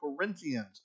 Corinthians